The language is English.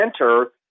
enter